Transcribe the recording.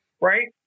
right